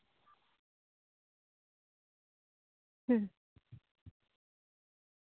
ᱦᱩᱸ